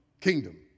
kingdom